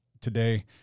today